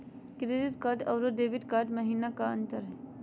Credit card अरू debit card महिना का अंतर हई?